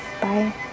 Bye